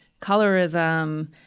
colorism